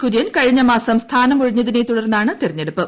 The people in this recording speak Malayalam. കുര്യൻ കഴിഞ്ഞമാസം സ്ഥാനമൊഴിഞ്ഞതിനെ ത്രൂട്ടർന്നാണ് തിരഞ്ഞെടുപ്പ്